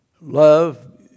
Love